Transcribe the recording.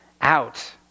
out